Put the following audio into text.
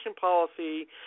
policy